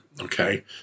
Okay